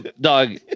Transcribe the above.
Dog